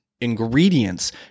ingredients